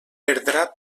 perdrà